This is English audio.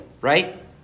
right